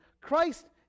Christ